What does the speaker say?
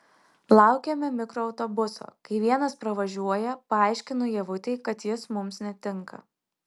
laukiame mikroautobuso kai vienas pravažiuoja paaiškinu ievutei kad jis mums netinka